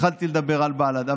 כשהתחלתי לדבר על בל"ד.